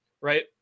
right